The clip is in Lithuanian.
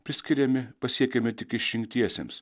priskiriami pasiekiami tik išrinktiesiems